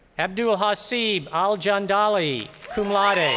abdul hasib al-jandali, cum laude. and